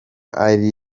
ari